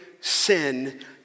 sin